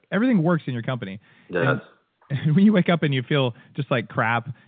everything works in your company yes when you wake up and you feel just like crap,